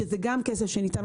שזה גם כסף שניתן,